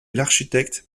l’architecte